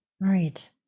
Right